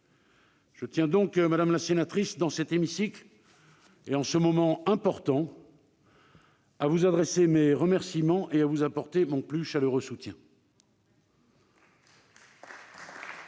Je tiens donc, madame la sénatrice, dans cet hémicycle et en ce moment important, à vous adresser mes remerciements et à vous apporter mon plus chaleureux soutien.